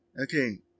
okay